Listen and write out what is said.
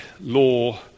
law